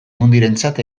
mundirentzat